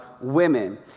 women